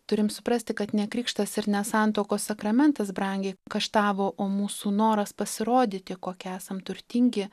turim suprasti kad ne krikštas ir ne santuokos sakramentas brangiai kaštavo o mūsų noras pasirodyti kokie esam turtingi